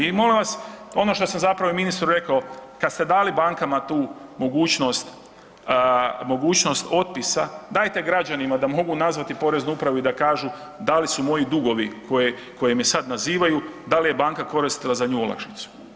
I molim vas, ono što sam ministru rekao kada ste dali bankama tu mogućnost otpisa dajte građanima da mogu nazvati Poreznu upravu i da kažu da li su moji dugovi koji me sad nazivaju, da li je banka koristila za nju olakšicu.